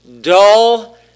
Dull